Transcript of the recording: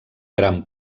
gran